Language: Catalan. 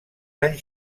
anys